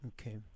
Okay